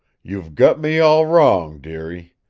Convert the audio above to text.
you've got me all wrong, dearie.